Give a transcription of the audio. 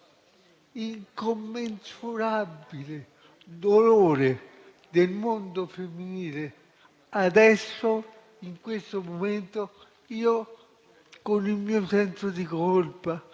incommensurabile dolore del mondo femminile, adesso, in questo momento, io, con il mio senso di colpa,